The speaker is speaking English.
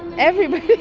everybody